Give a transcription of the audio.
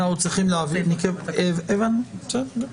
בסדר.